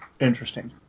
Interesting